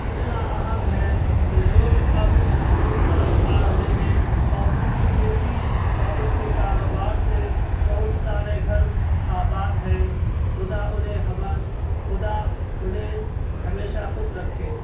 کتنا اہم ہے تو لوگ اب اس طرف آ رہے ہیں اور اس کی کھیتی اور اس کے کاروبار سے بہت سارے گھر آباد ہیں خدا انہیں ہمارے خدا انہیں ہمیشہ خوش رکھے